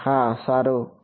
હા સારું કેચ